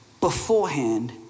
beforehand